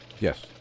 Yes